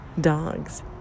dogs